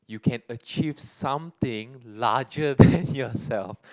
you can achieve something larger than yourself